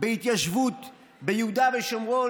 בהתיישבות ביהודה ושומרון?